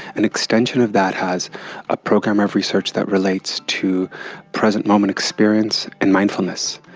an extension of that has a program of research that relates to present-moment experience and mindfulness,